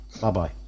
Bye-bye